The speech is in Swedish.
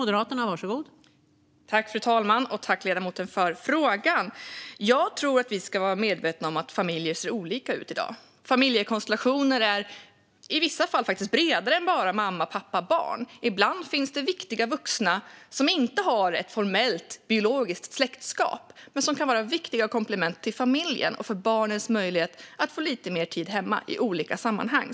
Fru talman! Jag tror att vi ska vara medvetna om att familjer ser olika ut i dag. Familjekonstellationer är i vissa fall faktiskt bredare än bara mamma, pappa och barn. Ibland finns det viktiga vuxna som inte har ett formellt biologiskt släktskap med barnet men som kan vara viktiga komplement till familjen och för barnens möjlighet att få lite mer tid hemma i olika sammanhang.